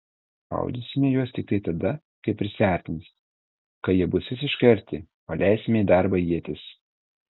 šaudysime į juos tiktai tada kai prisiartins kai jie bus visiškai arti paleisime į darbą ietis